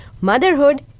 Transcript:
motherhood